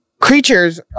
creatures